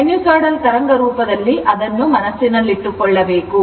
sinusoidal ತರಂಗ ರೂಪದಲ್ಲಿ ಅದನ್ನು ಮನಸ್ಸಿನಲ್ಲಿಟ್ಟುಕೊಳ್ಳಬೇಕು